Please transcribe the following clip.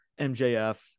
MJF